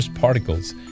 particles